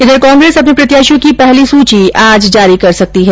वहीं कांग्रेस अपने प्रत्याशियों की पहली सूची आज जारी कर सकती है